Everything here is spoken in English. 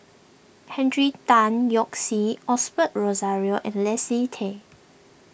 Henry Tan Yoke See Osbert Rozario and Leslie Tay